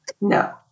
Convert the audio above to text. No